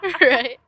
right